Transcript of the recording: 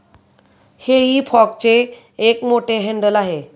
हेई फॉकचे एक मोठे हँडल आहे